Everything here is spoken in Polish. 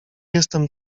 jestem